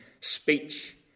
speech